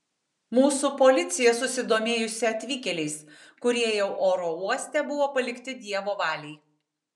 mūsų policija susidomėjusi atvykėliais kurie jau oro uoste buvo palikti dievo valiai